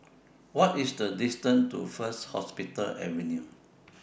What IS The distance to First Hospital Avenue